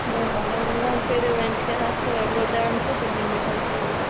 نہ نہ وۅنۍ وَنۍ کٔرِو وۅنۍ شیےٚ ہَتھ تہٕ وَنۍ گوٚو ڈَن تہٕ بہٕ نِمہٕ یِہوے شوٗز